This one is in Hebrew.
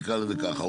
נקרא לזה ככה,